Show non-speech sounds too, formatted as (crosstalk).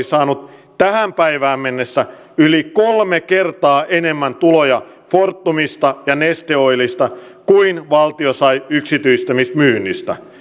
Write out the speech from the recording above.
(unintelligible) saanut tähän päivään mennessä yli kolme kertaa enemmän tuloja fortumista ja neste oilista kuin valtio sai yksityistämismyynnistä